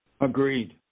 Agreed